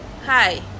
hi